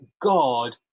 God